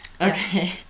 Okay